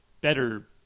better